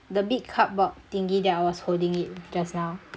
the big cardboard thingy that I was holding it just now